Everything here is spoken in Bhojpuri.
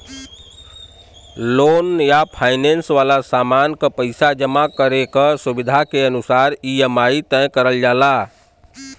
लोन या फाइनेंस वाला सामान क पइसा जमा करे क सुविधा के अनुसार ई.एम.आई तय करल जाला